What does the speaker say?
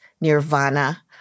nirvana